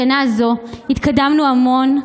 בשנה הזו התקדמנו המון.